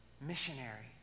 missionaries